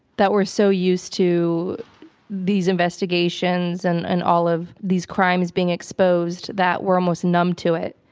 that we're so used to these investigations and and all of these crimes being exposed that we're almost numb to it.